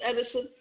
Edison